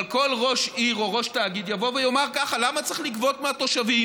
אבל כל ראש עיר או ראש תאגיד יבוא ויאמר ככה: למה צריך לגבות מהתושבים?